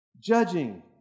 Judging